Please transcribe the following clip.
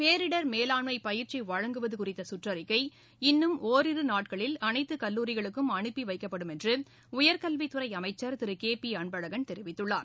பேரிடர் மேலாண்மை பயிற்சி வழங்குவது குறித்த குற்றறிக்கை இன்னும் ஒரிரு நாட்களில் அனைத்து கல்லூரிகளுக்கும் அனுப்பிவைக்கப்படும் என்று உயர்கல்வித் துறை அமைச்சர் திரு கே பி அன்பழகன் தெரிவித்துள்ளார்